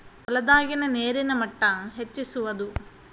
ಹೊಲದಾಗಿನ ನೇರಿನ ಮಟ್ಟಾ ಹೆಚ್ಚಿಸುವದು